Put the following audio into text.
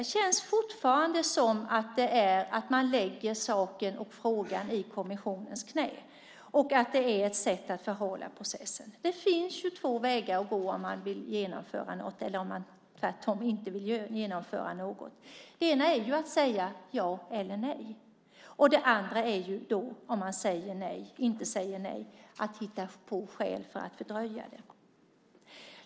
Det känns fortfarande som att man lägger frågan i kommissionens knä och att det är ett sätt att förhala processen. Det finns två vägar att gå om man vill genomföra något eller om man tvärtom inte vill genomföra något. Den ena är att säga ja eller nej. Den andra är, om man inte säger nej, att hitta på skäl för att fördröja detta.